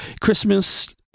Christmas